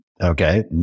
okay